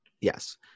Yes